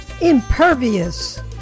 Impervious